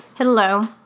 Hello